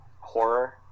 horror